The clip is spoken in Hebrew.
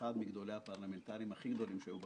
חברי הוועדה, אלה שנשארים,